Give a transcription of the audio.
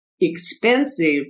expensive